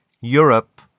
Europe